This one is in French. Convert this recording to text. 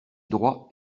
droit